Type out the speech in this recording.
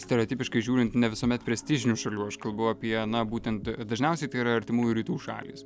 stereotipiškai žiūrint ne visuomet prestižinių šalių aš kalbu apie na būtent dažniausiai tai yra artimųjų rytų šalys